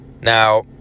Now